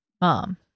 Mom